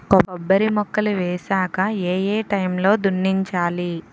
కొబ్బరి మొక్కలు వేసాక ఏ ఏ టైమ్ లో దున్నించాలి?